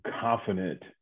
confident